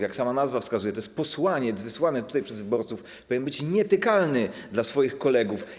Jak sama nazwa wskazuje, to jest posłaniec wysłany przez wyborców, powinien być nietykalny dla swoich kolegów.